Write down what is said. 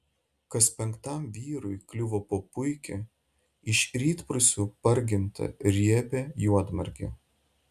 kas penktam vyrui kliuvo po puikią iš rytprūsių pargintą riebią juodmargę